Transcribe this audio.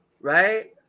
right